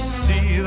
see